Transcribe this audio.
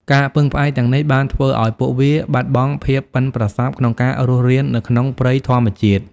ការពឹងផ្អែកទាំងនេះ បានធ្វើឱ្យពួកវាបាត់បង់ភាពប៉ិនប្រសប់ក្នុងការរស់រាននៅក្នុងព្រៃធម្មជាតិ។